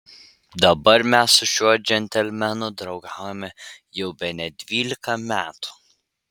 dabar mes su šiuo džentelmenu draugaujame jau bene dvylika metų